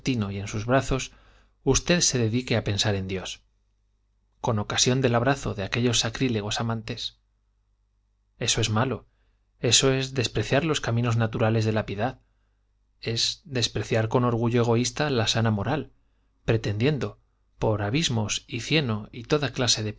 y en sus brazos usted se dedique a pensar en dios con ocasión del abrazo de aquellos sacrílegos amantes eso es malo eso es despreciar los caminos naturales de la piedad es despreciar con orgullo egoísta la sana moral pretendiendo por abismos y cieno y toda clase de